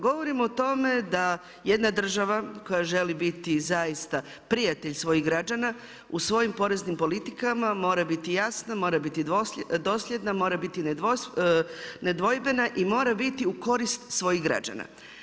Govorimo o tome da jedna država koja želi biti zaista prijatelj svojih građana u svojim poreznim politikama mora biti jasna, mora biti dosljednija, mora biti nedvojbena i mora biti u korist svojih građana.